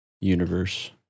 Universe